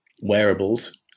wearables